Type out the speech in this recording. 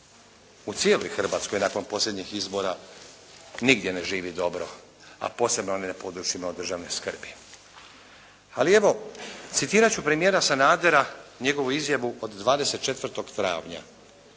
u cijeloj Hrvatskoj nakon posljednjih izbora nigdje ne živi dobro a posebno ne na područjima od državne skrbi. Ali evo, citirat ću premijera Sanadera, njegovu izjavu od 24. travnja